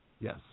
yes